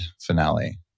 finale